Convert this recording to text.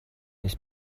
ist